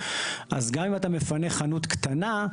אז גם אם אתה מפנה חנות קטנה,